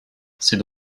c’est